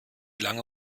lange